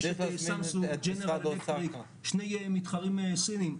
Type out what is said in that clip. יש את סמסונג, ג'נרל אלקטריק, שני מתחרים סיניים.